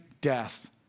death